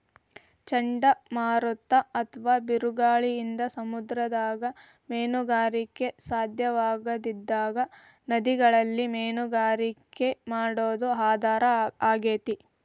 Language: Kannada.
ಚಂಡಮಾರುತ ಅತ್ವಾ ಬಿರುಗಾಳಿಯಿಂದ ಸಮುದ್ರದಾಗ ಮೇನುಗಾರಿಕೆ ಸಾಧ್ಯವಾಗದಿದ್ದಾಗ ನದಿಗಳಲ್ಲಿ ಮೇನುಗಾರಿಕೆ ಮಾಡೋದು ಆಧಾರ ಆಗೇತಿ